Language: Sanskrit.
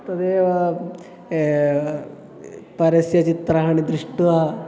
तदेव परस्य चित्राणि दृष्ट्वा